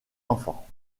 enfants